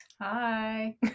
Hi